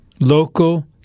local